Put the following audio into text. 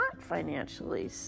financially